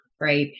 right